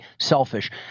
selfish